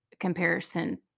comparison